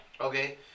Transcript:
Okay